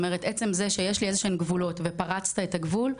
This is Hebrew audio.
עצם זה שיש לי איזה שהם גבולות ופרצת את הגבול,